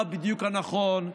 מה בדיוק נכון.